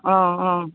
અહં હઁ